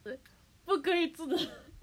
不可以